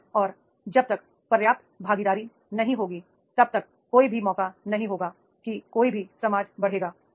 जब तक और जब तक पर्याप्त भागीदारी नहीं होगी तब तक कोई भी मौका नहीं होगा कि कोई भी समाज बढ़ेगा